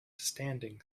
standing